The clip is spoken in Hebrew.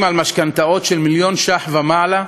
על משכנתאות של מיליון ש"ח ומעלה,